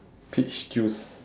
peach juice